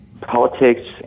politics